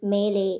மேலே